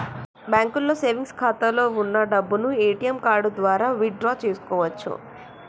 బ్యాంకులో సేవెంగ్స్ ఖాతాలో వున్న డబ్బును ఏటీఎం కార్డు ద్వారా విత్ డ్రా చేసుకోవచ్చు